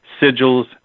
sigils